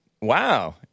Wow